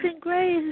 Grace